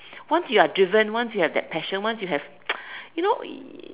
once you're driven once you have that passion once you have you know